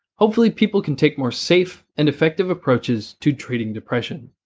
hopefully people can take more safe and effective approaches to treating depression.